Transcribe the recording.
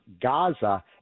Gaza